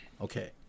okay